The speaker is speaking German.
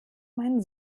mein